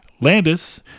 Landis